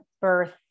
birth